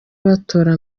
batora